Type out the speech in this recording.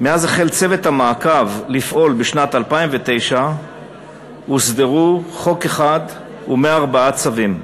מאז החל צוות המעקב לפעול בשנת 2009 הוסדרו חוק אחד ו-104 צווים,